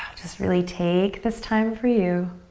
just really take this time for you.